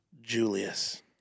Julius